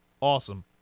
awesome